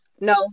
No